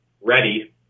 ready